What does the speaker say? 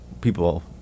people